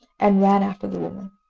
and ran after the woman.